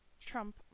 Trump